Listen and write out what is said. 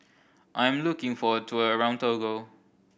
I am looking for a tour around Togo